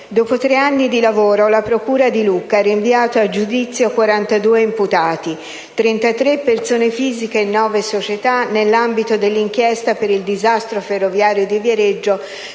dopo tre anni di lavoro la procura di Lucca ha rinviato a giudizio 42 imputati - 33 persone fisiche e 9 società - nell'ambito dell'inchiesta per il disastro ferroviario di Viareggio